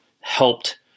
helped